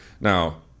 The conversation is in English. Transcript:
now